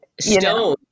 stone